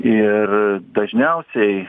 ir dažniausiai